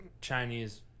Chinese